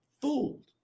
fooled